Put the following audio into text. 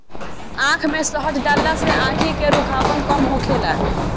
आँख में शहद डालला से आंखी के रूखापन कम होखेला